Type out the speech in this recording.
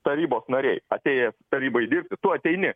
tarybos nariai atėję tarybai dirbti tu ateini